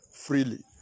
freely